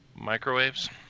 Microwaves